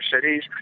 cities